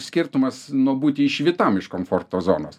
skirtumas nu būti išvytam iš komforto zonos